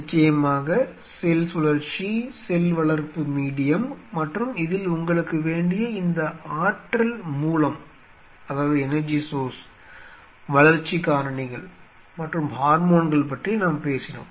நிச்சயமாக செல் சுழற்சி செல் வளர்ப்பு மீடியம் மற்றும் இதில் உங்களுக்கு வேண்டிய இந்த ஆற்றல் மூலம் வளர்ச்சி காரணிகள் மற்றும் ஹார்மோன்கள் பற்றி நாம் பேசினோம்